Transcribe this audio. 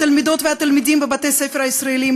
התלמידות והתלמידים בבתי-הספר הישראליים